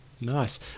Nice